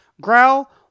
Growl